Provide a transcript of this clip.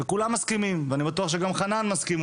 כולם מסכימים ואני בטוח שגם חנן מסכים.